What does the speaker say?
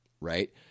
right